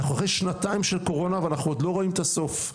אנחנו אחרי שנתיים של קורונה ואנחנו עוד לא רואים את הסוף.